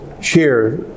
share